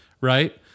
right